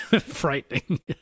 frightening